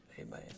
amen